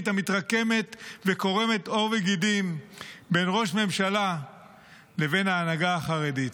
המתרקמת וקורמת עור וגידים בין ראש ממשלה לבין ההנהגה החרדית.